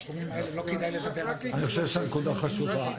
בסכומים האלה לא כדאי לדבר --- הנקודה חשובה.